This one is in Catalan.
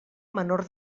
menor